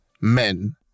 men